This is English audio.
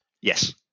Yes